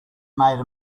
made